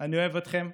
אני אוהב אתכם.